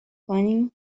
کنی